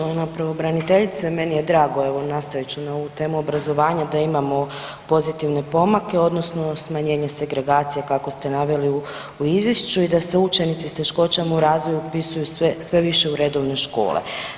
Poštovana pravobraniteljice meni je drago evo nastavit ću na ovu temu obrazovanja da imamo pozitivne pomake odnosno smanjenje segregacije kako ste naveli u izvješću i da se učenici s teškoćama u razvoju upisuju sve više u redovne škole.